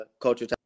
culture